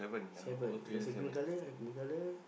seven there's a green colour a green colour